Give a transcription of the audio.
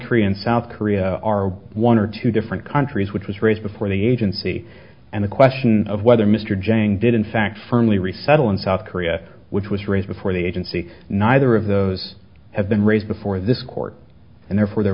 korea and south korea are one or two different countries which was raised before the agency and the question of whether mr jang did in fact firmly resettle in south korea which was raised before the agency neither of those have been raised before this court and therefore they're